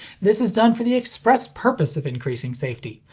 this is done for the express purpose of increasing safety!